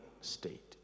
state